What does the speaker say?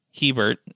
Hebert